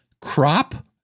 crop